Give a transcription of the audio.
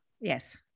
Yes